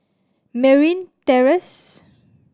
Merryn Terrace